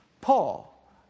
Paul